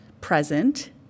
present